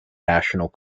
national